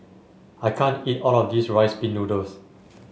i can't eat all of this Rice Pin Noodles